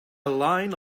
line